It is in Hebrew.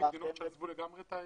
יש מדינות שעזבו לגמרי את הפחם?